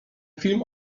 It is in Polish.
film